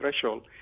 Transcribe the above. threshold